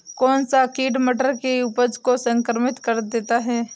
कौन सा कीट मटर की उपज को संक्रमित कर देता है?